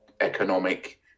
economic